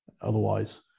otherwise